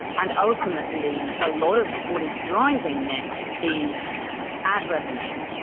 and ultimately a lot of what is driving this is ad revenue.